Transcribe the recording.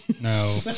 No